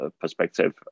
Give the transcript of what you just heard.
perspective